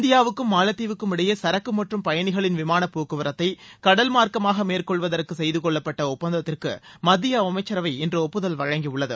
இந்தியாவுக்கும் மாலத்தீவுக்கும் இடையே சரக்கு மற்றும் பயணிகளின் விமானப் போக்குவரத்தை கடல் மார்க்கமாக மேற்கொள்வதற்கு செய்து கொள்ளப்பட்ட ஒப்பந்தத்திற்கு மத்திய அமைச்சரவை இன்று ஒப்புதல் வழங்கியுள்ளது